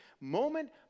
moment